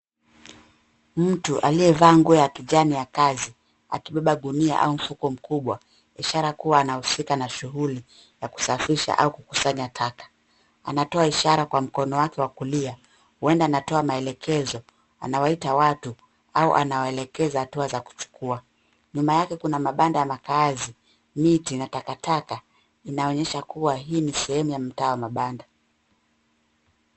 Mtu aliyevaa nguo ya kijani ya kazi akibeba gunia au mfuko mkubwa ishara kuwa anahusika na shughuli ya kusafirisha au kukusanya taka. Anatoa ishara kwa mkono wake wa kulia huenda anatoa maelekezo, anawaita watu au anawaelekeza hatua za kuchukua. Nyuma yake kuna mabanda ya makazi, miti na takataka inaonyesha kuwa hii ni sehemu ya mtaa wa mabanda.